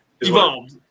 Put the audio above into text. Evolved